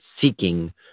seeking